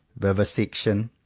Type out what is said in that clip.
vivisection,